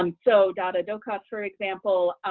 um so dada docot, for example,